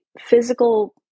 physical